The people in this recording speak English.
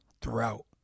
throughout